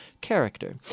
character